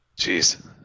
Jeez